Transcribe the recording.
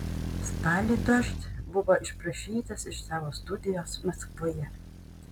spalį dožd buvo išprašytas iš savo studijos maskvoje